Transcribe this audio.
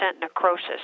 necrosis